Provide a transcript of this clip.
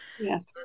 Yes